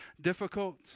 difficult